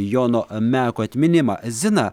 jono meko atminimą zina